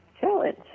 challenge